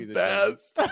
best